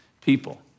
people